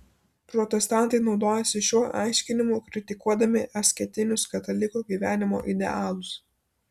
protestantai naudojasi šiuo aiškinimu kritikuodami asketinius katalikų gyvenimo idealus